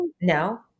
no